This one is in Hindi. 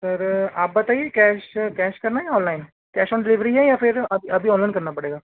सर आप बताइए कैश कैश करना है या ऑनलाइन कैश ऑन डिलेवरी है या फिर अभी अभी ऑनलाइन करना पड़ेगा